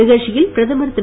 நிகழ்ச்சியில் பிரதமர் திரு